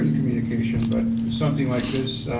communication, but something like